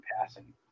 passing